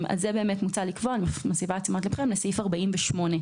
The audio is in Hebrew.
אני מסבה את תשומת ליבכם לסעיף 48,